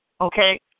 okay